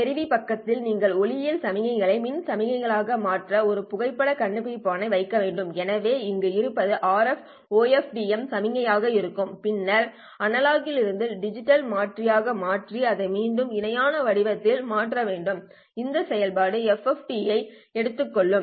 பெறுவி பக்கத்தில் நீங்கள் ஒளியியல் சமிக்ஞைகளை மின் சமிக்ஞைகளாக மாற்ற ஒரு புகைப்படக் கண்டுபிடிப்பானை வைக்கவேண்டும் எனவே இங்கு இருப்பது RF OFDM சமிக்ஞையாக இருக்கும் பின்னர் அனலாக்கிலிருந்து டிஜிட்டல் மாற்றியாக மாற்றி அதை மீண்டும் இணையான வடிவத்தில் மாற்றவேண்டும் இந்த செயல்பாட்டின் FFT ஐ எடுத்துக் கொள்ளுங்கள்